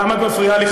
למה את מפריעה לי,